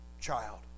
child